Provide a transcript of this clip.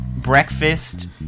breakfast